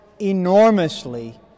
enormously